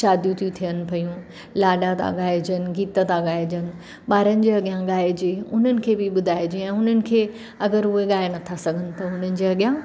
शादियूं थियूं थियनि पियूं लाॾा था ॻाइजनि गीत था ॻाइजनि ॿारनि जे अगियां ॻाइजे उन्हनि खे बि ॿुधाइजे ऐं उन्हनि खे अगरि उहे ॻाए नथा सघनि त हुननि जे अॻियां